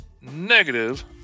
negative